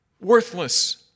Worthless